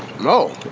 No